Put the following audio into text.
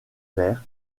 vers